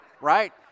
right